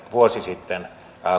vuosi sitten